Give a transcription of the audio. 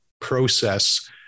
process